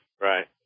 Right